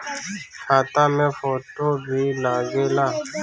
खाता मे फोटो भी लागे ला?